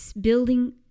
building